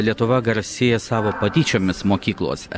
lietuva garsėja savo patyčiomis mokyklose